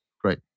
great